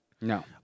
No